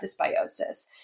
dysbiosis